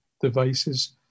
devices